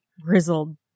grizzled